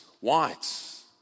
whites